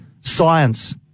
science